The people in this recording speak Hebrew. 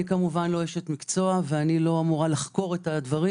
אני לא אשת מקצוע ולא אמורה לחקור את הדברים,